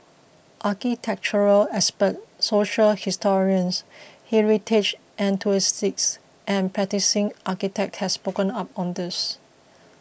architectural experts social historians heritage enthusiasts and practising architects have spoken up on this